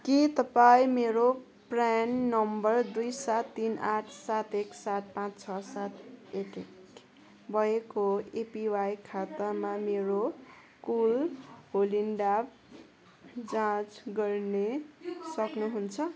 के तपाईँँ मेरो प्रान नम्बर दुई सात तिन आठ सात एक सात पाँच छ सात एक एक भएको एपिवाई खातामा मेरो कुल होलडिङ जाँच गर्ने सक्नुहुन्छ